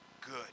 Good